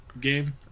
game